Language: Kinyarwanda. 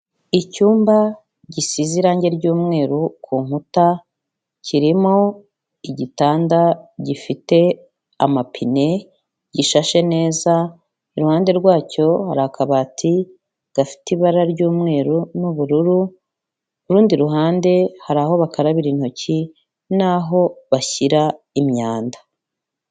Icyumba gisize irange ry'umweru ku nkuta, kirimo igitanda gifite amapine, gishashe neza, iruhande rwacyo hari akabati gafite ibara ry'umweru n'ubururu, ku rundi ruhande hari aho bakarabira intoki n'aho bashyira imyanda.